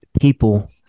people